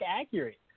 accurate